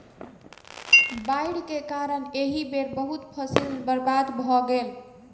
बाइढ़ के कारण एहि बेर बहुत फसील बर्बाद भअ गेल